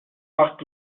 macht